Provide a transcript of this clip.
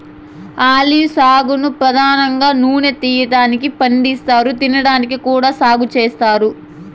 olive సాగును పధానంగా నూనె తీయటానికి పండిస్తారు, తినడానికి కూడా సాగు చేత్తారు